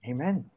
Amen